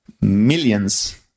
millions